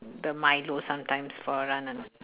the milo sometimes for anan~